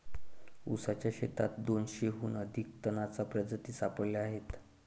ऊसाच्या शेतात दोनशेहून अधिक तणांच्या प्रजाती सापडल्या आहेत